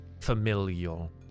familial